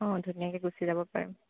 অঁ ধুনীয়াকৈ গুচি যাব পাৰোঁ